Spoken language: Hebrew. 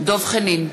דב חנין,